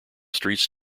streets